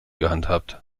gehandhabt